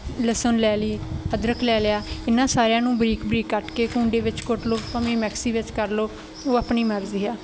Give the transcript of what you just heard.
ਲਸਣ ਲੈ ਲਈ ਅਦਰਕ ਲੈ ਲਿਆ ਇਹਨਾਂ ਸਾਰਿਆਂ ਨੂੰ ਬਰੀਕ ਬਰੀਕ ਕੱਟ ਕੇ ਕੁੰਡੇ ਵਿੱਚ ਕੁੱਟ ਲਓ ਭਾਵੇਂ ਮੈਕਸੀ ਵਿੱਚ ਕਰ ਲਓ ਉਹ ਆਪਣੀ ਮਰਜ਼ੀ ਆ